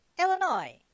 Illinois